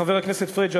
חבר הכנסת פריג',